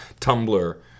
Tumblr